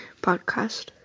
podcast